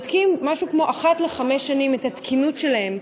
בודקים בערך אחת לחמש שנים את התקינות שלהם,